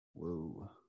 Whoa